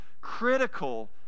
critical